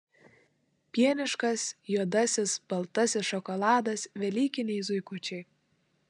pieniškas juodasis baltasis šokoladas velykiniai zuikučiai